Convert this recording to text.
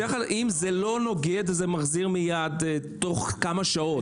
בדרך כלל אם זה לא נוגד זה מחזיר מיד תוך כמה שעות.